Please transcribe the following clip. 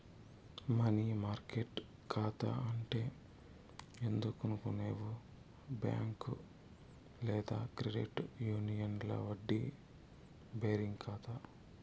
money market కాతా అంటే ఏందనుకునేవు బ్యాంక్ లేదా క్రెడిట్ యూనియన్ల వడ్డీ బేరింగ్ కాతా